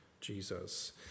jesus